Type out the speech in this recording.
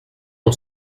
mon